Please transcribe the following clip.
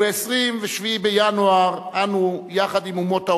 וב-27 בינואר, אנו, יחד עם אומות העולם,